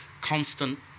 constant